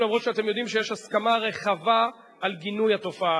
אפילו שאתם יודעים שיש הסכמה רחבה על גינוי התופעה הזאת.